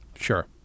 Sure